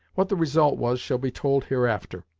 what the result was shall be told hereafter.